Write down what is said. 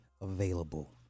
available